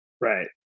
Right